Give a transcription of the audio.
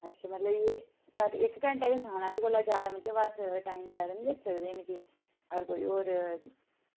अच्छा मतलब एह् सर एक घैंटा गै सखाना एह्दे कोला ज्यादा मतलब अस टाइम ज्यादा नी करी सकदे कि अगर कोई होर